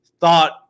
thought